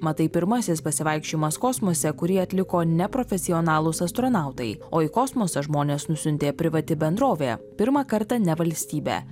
mat tai pirmasis pasivaikščiojimas kosmose kurį atliko neprofesionalūs astronautai o į kosmosą žmones nusiuntė privati bendrovė pirmą kartą ne valstybė